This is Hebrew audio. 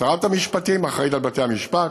שרת המשפטים אחראית לבתי המשפט,